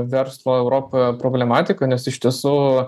verslo europoje problematiką nes iš tiesų